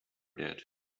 did